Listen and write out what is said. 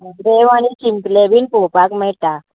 रेंव आनी शिंपलें बीन पोळोवपाक मेळटा